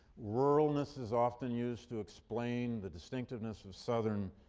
ruralness is often used to explain the distinctiveness of southern